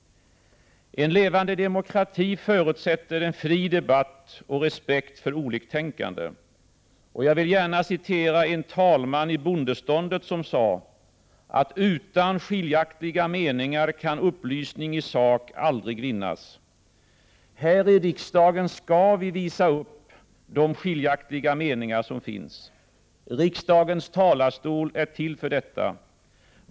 En levande demokrati förutsätter en fri debatt och respekt för oliktänkande. Jag vill gärna citera en talman i bondeståndet, som sade att ”Utan skiljaktiga meningar kan upplysning i sak aldrig vinnas”. Här i riksdagen skall vi visa upp de skiljaktiga meningar som finns. Riksdagens talarstol är till för detta.